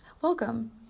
welcome